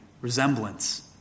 Resemblance